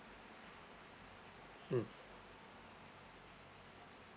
mm